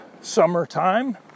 summertime